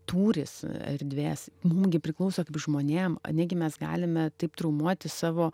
tūris erdvės mum gi priklauso žmonėm a negi mes galime taip traumuoti savo